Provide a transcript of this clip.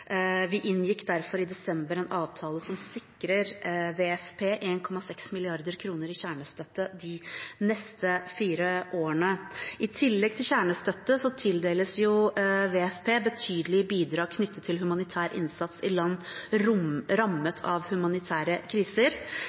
Vi inngikk derfor i desember en avtale som sikrer WFP 1,6 mrd. kr i kjernestøtte de neste fire årene. I tillegg til kjernestøtte tildeles WFP betydelige bidrag knyttet til humanitær innsats i land rammet av humanitære kriser.